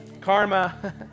karma